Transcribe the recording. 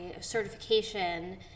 certification